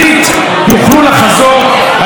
על פי תפיסותיה של הגברת לבני.